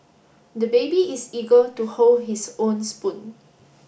the baby is eager to hold his own spoon